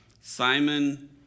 Simon